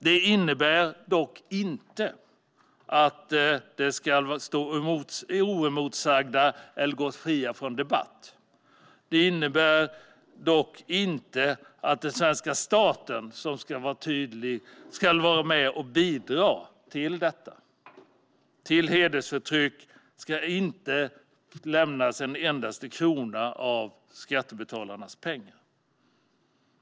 Det innebär dock inte att de ska stå oemotsagda eller gå fria från debatt. Det innebär dock inte att den svenska staten ska vara med och bidra till detta. För hedersförtryck ska inte lämnas en endaste krona av skattebetalarnas pengar.